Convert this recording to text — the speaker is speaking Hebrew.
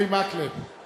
מצביע